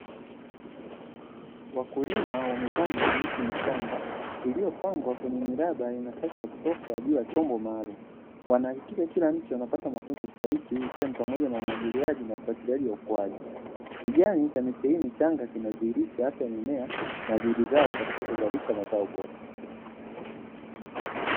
Wakulima wamepanda miche michanga iliyopangwa kwenye miraba inafasha kutosha ajua chombo maalum wanahakikisha kila nchi wanapata matunzo stahiki, ikiwa ni pamoja na umwagiliaji na ufuatiliaji wa ukwaju yaani chemichemi changa kinadhihirisha afya mimea na juhudi zao katika kuzalisha mazao bora.